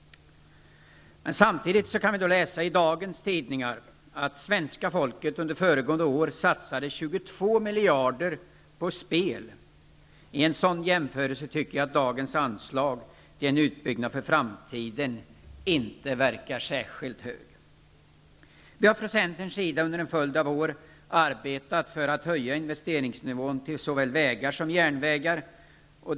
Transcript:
Samtidigt kan vi i dagens tidningar läsa att svenska folket under föregående år satsade 22 miljarder på spel. Vid en sådan jämförelse tycker jag att dagens anslag till en utbyggnad för framtiden inte verkar särskilt stort. Vi i Centern har under en följd av år arbetat för en höjning av investeringsnivån såväl beträffande vägar som beträffande järnvägar.